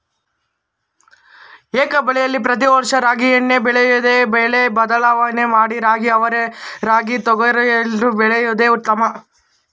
ಏಕಬೆಳೆಲಿ ಪ್ರತಿ ವರ್ಷ ರಾಗಿಯನ್ನೇ ಬೆಳೆಯದೆ ಬೆಳೆ ಬದಲಾವಣೆ ಮಾಡಿ ರಾಗಿ ಅವರೆ ರಾಗಿ ತೊಗರಿಯನ್ನು ಬೆಳೆಯೋದು ಉತ್ತಮ